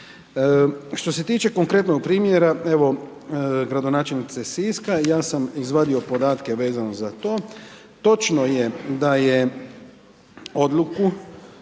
Što se tiče konkretnog primjera, evo gradonačelnice Siska, ja sam izvadio podatke vezano za to, točno je da je odluku